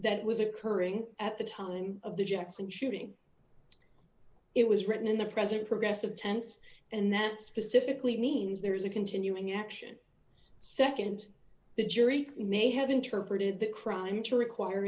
that was occurring at the time of the jackson shooting it was written in the present progressive tense and that specifically means there is a continuing action nd the jury may have interpreted the crime to require